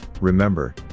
remember